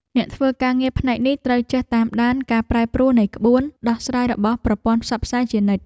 អ្នកធ្វើការងារផ្នែកនេះត្រូវចេះតាមដានការប្រែប្រួលនៃក្បួនដោះស្រាយរបស់ប្រព័ន្ធផ្សព្វផ្សាយជានិច្ច។